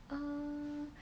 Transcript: um